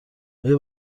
آیا